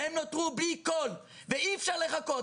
אי-אפשר לחכות,